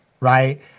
Right